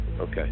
Okay